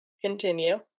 Continue